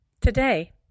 Today